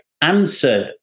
answer